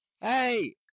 hey